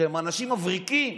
שהם אנשים מבריקים.